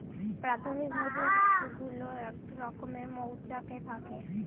প্রাথমিক মধুমাছি গুলো এক রকমের মৌচাকে থাকে